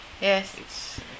Yes